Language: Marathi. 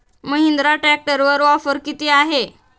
महिंद्रा ट्रॅक्टरवर ऑफर किती आहे?